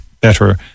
better